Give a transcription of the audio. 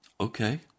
Okay